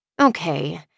Okay